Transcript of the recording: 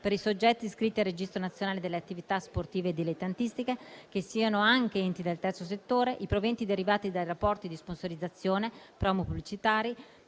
per i soggetti iscritti al Registro nazionale delle attività sportive dilettantistiche che siano anche enti del Terzo settore, i proventi derivati dai rapporti di sponsorizzazione promo-pubblicitari,